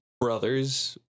brothers